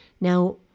Now